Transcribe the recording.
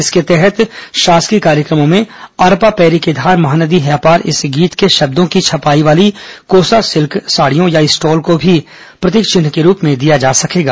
इसके तहत शासकीय कार्यक्रमों में अरपा पैरी के धार महानदी हे अपार इस गीत के शब्दों की छपाई वाली कोसा सिल्क साड़ियों या स्टोल को भी प्रतीक चिन्ह के रूप में दिया जा सकेगा